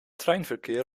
treinverkeer